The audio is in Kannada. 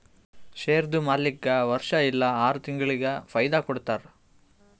ಶೇರ್ದು ಮಾಲೀಕ್ಗಾ ವರ್ಷಾ ಇಲ್ಲಾ ಆರ ತಿಂಗುಳಿಗ ಫೈದಾ ಕೊಡ್ತಾರ್